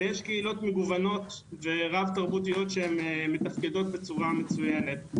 ויש קהילות מגוונות ורב תרבותיות שמתפקדות בצורה מצוינת,